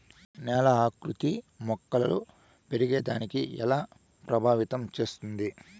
నేల ఆకృతి మొక్కలు పెరిగేదాన్ని ఎలా ప్రభావితం చేస్తుంది?